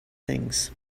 things